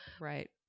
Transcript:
right